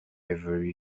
yverry